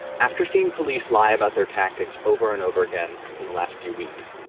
after seeing police lie about their tactics over and over again in the last few weeks,